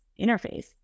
interface